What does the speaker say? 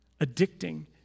addicting